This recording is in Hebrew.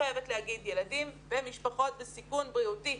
חייבת לומר שילדים ומשפחות בסיכון בריאותי,